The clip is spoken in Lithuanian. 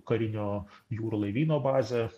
karinio jūrų laivyno bazė